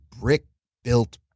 brick-built